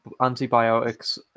antibiotics